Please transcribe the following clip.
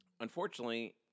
Unfortunately